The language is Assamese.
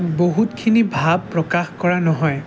বহুতখিনি ভাব প্ৰকাশ কৰা নহয়